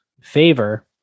favor